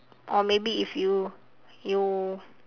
or maybe if you you